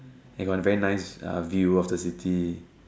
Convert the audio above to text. I got a very nice uh view of the city